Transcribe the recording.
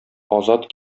азат